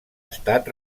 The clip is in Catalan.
estat